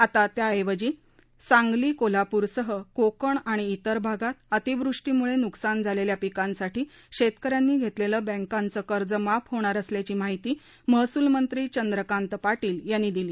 आता त्याऐवजी सांगली कोल्हापूरसह कोकण आणि विर भागात अतिवृष्टीमुळे नुकसान झालेल्या पिकांसाठी शेतकऱ्यांनी घेतलेलं बँकांचं कर्ज माफ होणार असल्याची माहिती महसूल मंत्री चंद्रकांत पाटील यांनी दिली